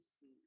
see